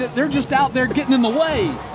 they're just out there getting in the way.